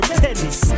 tennis